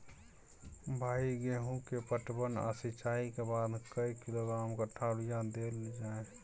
भाई गेहूं के पटवन आ सिंचाई के बाद कैए किलोग्राम कट्ठा यूरिया देल जाय?